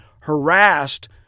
harassed